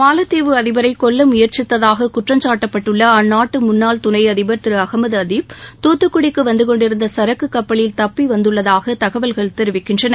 மாலத்தீவு அதிபரை கொல்ல முயற்சித்ததாக குற்றம்சாட்டப்பட்டுள்ள அந்நாட்டு முன்னாள் துணை அதிபர் திரு அகமது அதீப் தூத்துக்குடிக்கு வந்து கொண்டிருக்கும் சரக்குக் கப்பலில் தப்பி வந்துள்ளதாக தகவல்கள் தெரிவிக்கின்றன